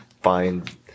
find